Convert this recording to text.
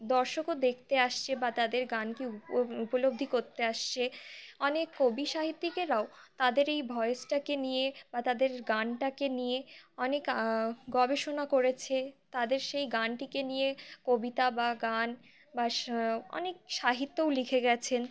দর্শকও দেখতে আসছে বা তাদের গানকে উপলব্ধি করতে আসছে অনেক কবি সাহিত্যিকেরাও তাদের এই ভয়েসটাকে নিয়ে বা তাদের গানটাকে নিয়ে অনেক গবেষণা করেছে তাদের সেই গানটিকে নিয়ে কবিতা বা গান বা অনেক সাহিত্যও লিখে গেছেন